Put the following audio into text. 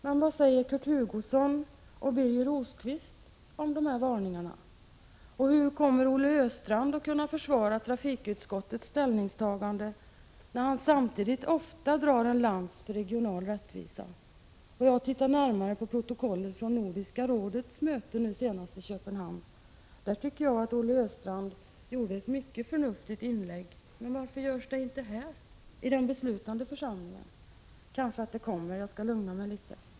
Men vad säger Kurt Hugosson och Birger Rosqvist om dessa varningar? Och hur kommer Olle Östrand att kunna försvara trafikutskottets ställningstagande, när han samtidigt och ofta drar en lans för regional rättvisa? Jag har tittat närmare på protokollet från Nordiska rådets senaste möte i Köpenhamn. Jag tycker att Olle Östrand där gjorde ett mycket förnuftigt inlägg. Men varför görs det inte här i den beslutande församlingen? Kanske kommer det, och därför skall jag lugna mig litet.